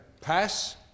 pass